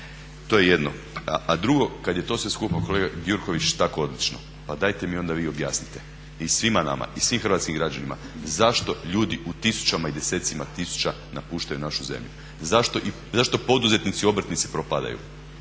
To je jedno. A drugo kada je to sve skupa kolega Gjurković tako odlično, pa dajete mi vi onda objasnite i svima nama i svim hrvatskim građanima zašto ljudi u tisućama i desecima tisuća napuštaju našu zemlju? Zašto poduzetnici i obrtnici propadaju?